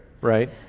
right